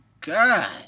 God